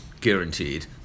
guaranteed